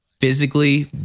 physically